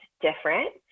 different